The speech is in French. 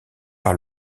par